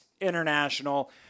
International